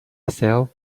itself